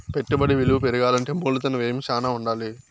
పెట్టుబడి విలువ పెరగాలంటే మూలధన వ్యయం శ్యానా ఉండాలి